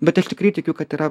bet aš tikrai tikiu kad yra